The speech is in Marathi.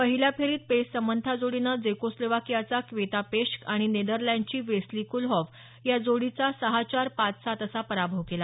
पहिल्या फेरीत पेस समंथा जोडीनं जेकोस्लोवाकियाचा क्वेता पेश्क आणि नेदरलँडची वेस्ली कूलहॉफ या जोडीचा सहा चार पाच सात असा पराभव केला